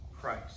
Christ